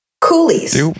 Coolies